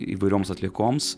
įvairioms atliekoms